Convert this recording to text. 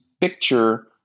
picture